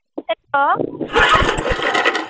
hello